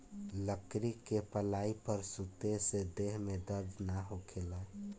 लकड़ी के पलाई पर सुते से देह में दर्द ना होखेला